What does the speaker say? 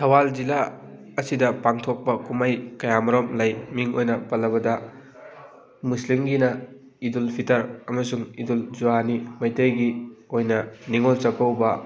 ꯊꯧꯕꯥꯜ ꯖꯤꯜꯂꯥ ꯑꯁꯤꯗ ꯄꯥꯡꯊꯣꯛꯄ ꯀꯨꯝꯍꯩ ꯀꯌꯥ ꯃꯔꯨꯝ ꯂꯩ ꯃꯤꯡ ꯑꯣꯏꯅ ꯄꯜꯂꯕꯗ ꯃꯨꯁꯂꯤꯝꯒꯤꯅ ꯏꯗꯨꯜ ꯐꯤꯇꯔ ꯑꯃꯁꯨꯡ ꯏꯗꯨꯜ ꯖꯨꯍꯥꯅꯤ ꯃꯩꯇꯩꯒꯤ ꯑꯣꯏꯅ ꯅꯤꯡꯉꯣꯜ ꯆꯥꯛꯀꯧꯕ